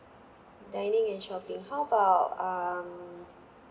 dining and shopping how about um